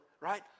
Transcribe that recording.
right